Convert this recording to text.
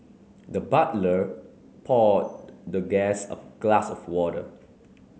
the butler poured the guest a glass of water